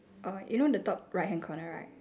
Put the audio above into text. uh you know the top right hand corner right